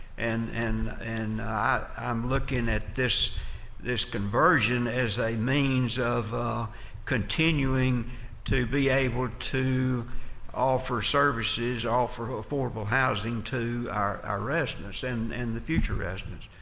and and and i'm looking at this this conversion as a means of continuing to be able to offer services, offer affordable housing, to our our residents, and and the future residents.